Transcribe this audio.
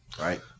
right